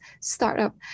startup